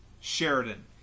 Sheridan